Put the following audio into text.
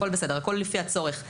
הכל בסדר והכל לפי הצורך.